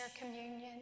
communion